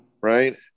right